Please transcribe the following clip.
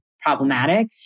problematic